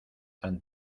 tan